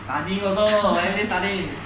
studying also everyday study